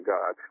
God